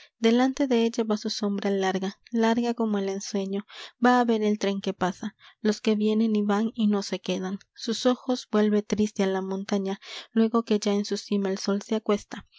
delante de ella va su sombra larga larga como el ensueño va a ver el tren que pasa los que vienen y van y no se quedan sus ojos vuelve triste a la montaña luego que ya en su cima el sol se acuesta